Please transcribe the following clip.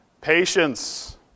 Patience